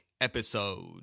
Episode